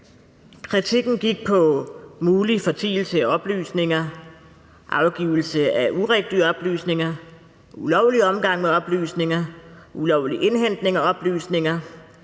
Kritikken gik på mulig fortielse af oplysninger, afgivelse af urigtige oplysninger, ulovlig omgang med oplysninger, ulovlig indhentning af oplysninger,